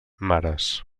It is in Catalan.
mares